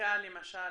בדיקה למשל?